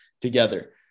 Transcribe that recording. together